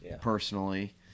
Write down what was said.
personally